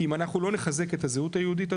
כי אם אנחנו לא נחזק את הזהות היהודית,